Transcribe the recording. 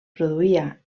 produïa